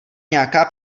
nějaká